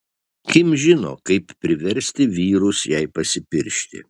kim žino kaip priversti vyrus jai pasipiršti